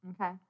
Okay